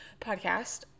podcast